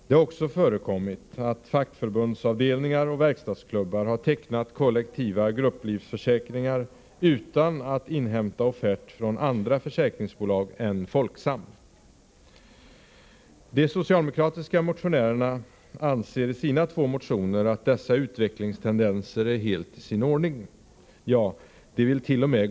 Det har också förekommit att fackförbundsavdelningar och verkstadsklubbar har tecknat kollektiva grupplivförsäkringar utan att inhämta offert från andra försäkringsbolag än Folksam. De socialdemokratiska motionärerna anser i sina två motioner att dessa utvecklingstendenser är helt i sin ordning. Ja, de villt.o.m.